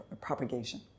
propagation